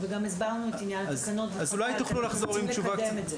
וגם הסברנו את עניין התקנות --- ואנחנו רוצים לקדם את זה.